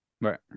Right